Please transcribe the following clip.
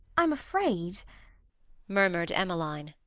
i'm afraid murmured emmeline,